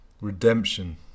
redemption